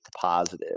positive